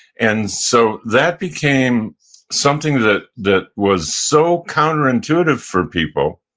and so that became something that that was so counterintuitive for people